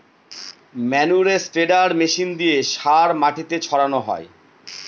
ম্যানুরে spreader machine দিয়ে সার মাটিতে ছড়ানো হয়